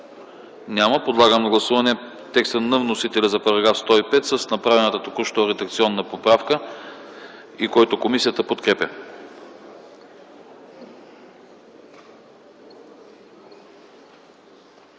Няма. Подлагам на гласуване текста на вносителя за § 105 с направената току-що редакционна поправка, който комисията подкрепя.